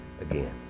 again